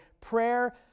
prayer